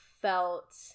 felt